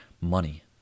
money